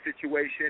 situation